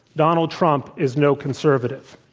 donald trump is no conservative.